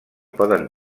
poden